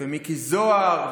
ומיקי זוהר,